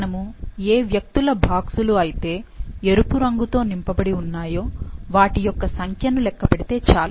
మనము ఏ వ్యక్తుల బాక్సులు అయితే ఎరుపు రంగుతో నింపబడి ఉన్నాయో వాటి యొక్క సంఖ్యని లెక్కపెడితే చాలు